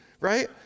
right